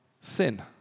sin